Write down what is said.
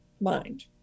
mind